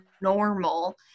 normal